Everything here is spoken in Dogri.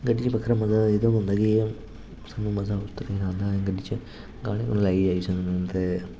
गड्डी च बक्खरा मजा औंदा कि सानूं मजा तां करियै आंदा गड्डी च गाने लाइयै जाई सकने आं ते